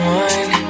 one